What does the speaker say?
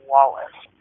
Wallace